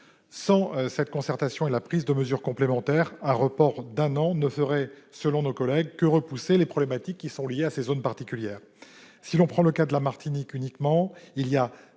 Sans cette concertation et sans mesures complémentaires, un report d'un an ne ferait, selon nos collègues, que repousser les problématiques liées à ces zones particulières. Si l'on prend le cas de la Martinique, il y a